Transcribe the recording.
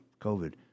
COVID